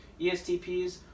ESTPs